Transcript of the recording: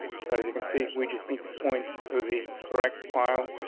so, as you can see, we just need to point to the correct file,